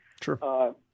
Sure